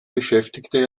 beschäftigte